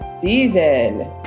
season